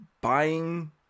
buying